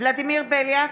ולדימיר בליאק,